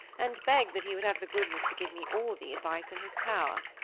and begged that he would have the goodness to give me all the advice in his power.